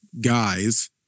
guys